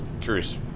curious